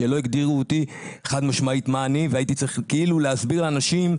שלא הגדירו אותי חד משמעית מה אני והייתי צריך כאילו להסביר לאנשים,